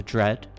Dread